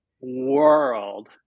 world